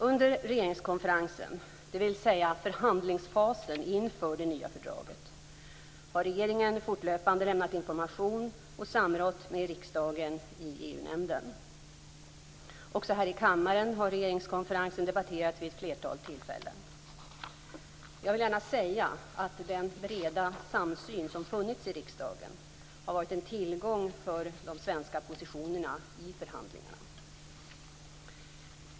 Under regeringskonferensen, dvs. förhandlingsfasen inför det nya fördraget, har regeringen fortlöpande lämnat information och samrått med riksdagen i EU-nämnden. Också här i kammaren har regeringskonferensen debatterats vid ett flertal tillfällen. Jag vill gärna säga att den breda samsyn som funnits i riksdagen har varit en tillgång för de svenska positionerna i förhandlingarna.